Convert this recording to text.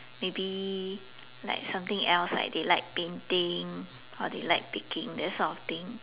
maybe like something else like they like painting or they like baking that sort of thing